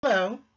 Hello